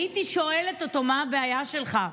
הייתי שואלת אותו: מה הבעיה שלך?